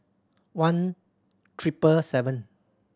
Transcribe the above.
one triple seven